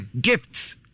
gifts